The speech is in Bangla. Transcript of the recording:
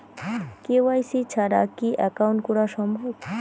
কে.ওয়াই.সি ছাড়া কি একাউন্ট করা সম্ভব?